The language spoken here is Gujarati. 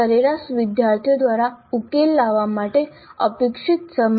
સરેરાશ વિદ્યાર્થી દ્વારા ઉકેલ લાવવા માટે અપેક્ષિત સમય